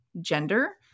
gender